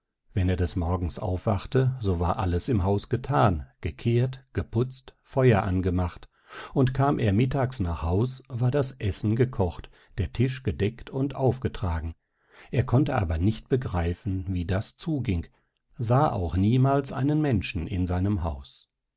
wenn er des morgens aufwachte so war alles im haus gethan gekehrt geputzt feuer angemacht und kam er mittags nach haus war das essen gekocht der tisch gedeckt und aufgetragen er konnte aber nicht begreifen wie das zuging sah auch niemals einen menschen in seinem haus